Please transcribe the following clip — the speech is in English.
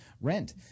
rent